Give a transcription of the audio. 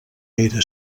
era